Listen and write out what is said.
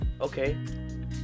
okay